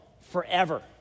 Forever